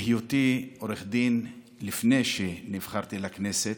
בהיותי עורך דין לפני שנבחרתי לכנסת,